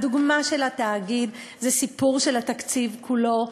הדוגמה של התאגיד זה הסיפור של התקציב כולו,